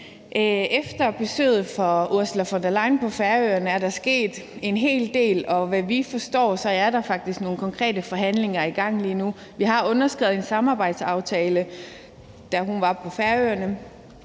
Efter besøget fra Ursula von der Leyen på Færøerne er der sket en hel del, og som vi forstår det, er der faktisk nogle konkrete forhandlinger i gang lige nu. Vi har underskrevet en samarbejdsaftale, da hun var på Færøerne